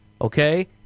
okay